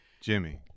Jimmy